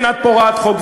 כן, את פורעת חוק,